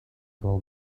call